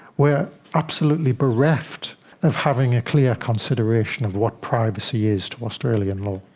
we are absolutely bereft of having a clear consideration of what privacy is to australian law.